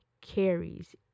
carries